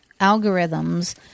algorithms